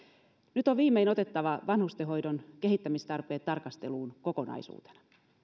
nyt on viimein otettava vanhustenhoidon kehittämistarpeet tarkasteluun kokonaisuutena